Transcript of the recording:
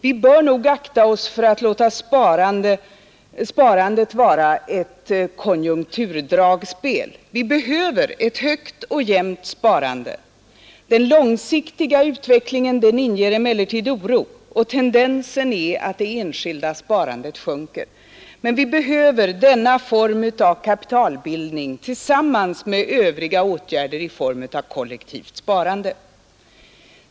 Vi bör nog akta oss för att låta sparandet vara ett konjunkturdragspel. Vi behöver ett högt och jämnt sparande. Den långsiktiga utvecklingen inger emellertid oro, tendensen är att det enskilda sparandet sjunker. Men vi behöver denna form av kapitalbildning tillsammans med olika former av kollektivt sparande.